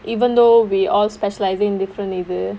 even though we all specialising different இது:ithu